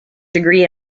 degree